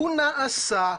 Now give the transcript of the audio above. הוא נעשה,